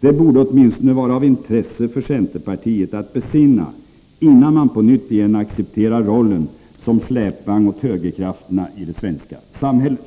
Detta borde åtminstone vara av intresse för centerpartiet att besinna innan man på nytt igen accepterar rollen som släpvagn åt högerkrafterna i det svenska samhället.